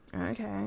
okay